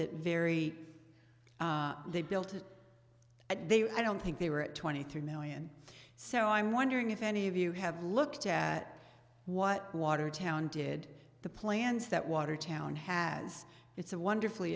it very they built it and they were i don't think they were at twenty three million so i'm wondering if any of you have looked at what watertown did the plans that watertown has it's a wonderfully